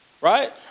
Right